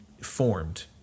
formed